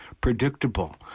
predictable